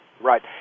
right